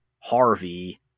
Harvey